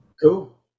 Cool